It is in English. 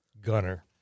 gunner